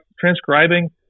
transcribing